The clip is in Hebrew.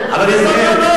זאב.